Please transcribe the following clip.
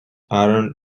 aaron